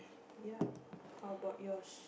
yep how bout yours